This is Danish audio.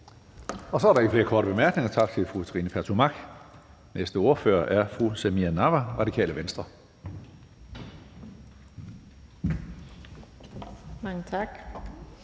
Så er der ikke flere korte bemærkninger. Tak til fru Trine Pertou Mach. Den næste ordfører er fru Samira Nawa, Radikale Venstre. Kl.